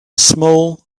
small